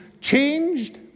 changed